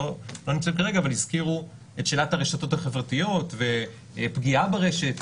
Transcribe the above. נמצאים כרגע אבל הזכירו את שאלת הרשתות החברתיות ופגיעה ברשת,